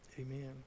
Amen